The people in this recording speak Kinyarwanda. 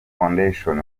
foundation